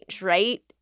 right